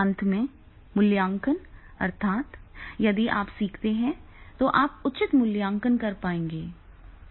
अंत में मूल्यांकन अर्थात् यदि आप सीखते हैं तो आप उचित मूल्यांकन कर पाएंगे